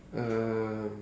uh